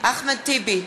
אחמד טיבי,